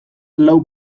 lau